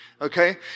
okay